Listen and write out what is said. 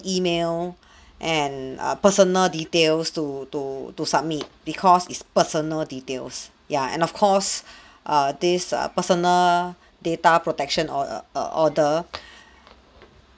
email and uh personal details to to to submit because it's personal details ya and of course uh this uh personal data protection or or err order